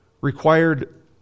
required